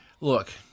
Look